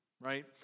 Right